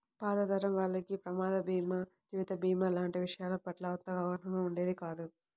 పాత తరం వాళ్లకి ప్రమాద భీమా, జీవిత భీమా లాంటి విషయాల పట్ల అంతగా అవగాహన ఉండేది కాదు